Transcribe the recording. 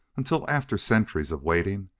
until, after centuries of waiting,